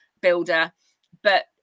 builder—but